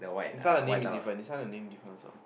this one the name is different this one the name different also